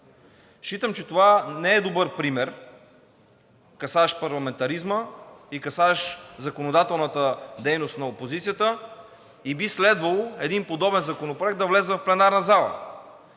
Считам, че това не е добър пример, касаещ парламентаризма и касаещ законодателната дейност на опозицията. Би следвало един подобен законопроект да влезе в пленарната зала.